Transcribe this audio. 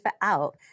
out